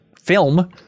film